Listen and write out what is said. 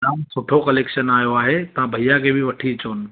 जाम सुठो कलेक्शन आयो आहे तव्हां भैया खे बि वठी अचोनि